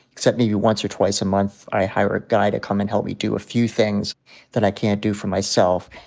except maybe once or twice a month i hire a guy to come and help me do a few things that i can't do for myself.